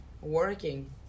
working